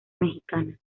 mexicana